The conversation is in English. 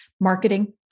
marketing